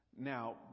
Now